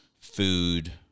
food